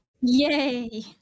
Yay